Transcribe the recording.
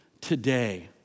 today